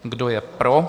Kdo je pro?